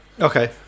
Okay